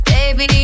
Baby